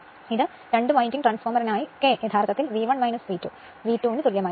അതിനാൽ രണ്ട് വിൻഡിംഗ് ട്രാൻസ്ഫോർമറിനായി കെ യഥാർത്ഥത്തിൽ V 1 V 2 V 2 ന് തുല്യമായിരിക്കും